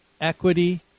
Equity